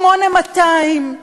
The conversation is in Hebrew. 8200,